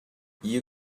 you